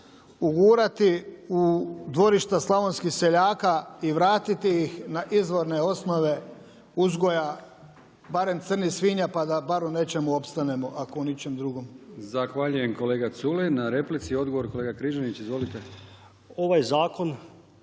ugurati u dvorišta slavonskih seljaka i vratiti ih na izvorne osnove uzgoja barem crnih svinja pa da bar u nečemu opstanemo ako u ničem drugom. **Brkić, Milijan (HDZ)** Zahvaljujem kolega Culej na replici. Odgovor kolega Križanić. Izvolite. **Križanić,